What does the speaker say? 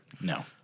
No